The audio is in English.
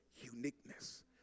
uniqueness